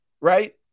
right